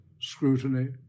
scrutiny